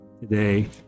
today